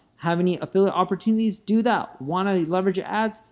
have any affiliate opportunities? do that. want to leverage your ads?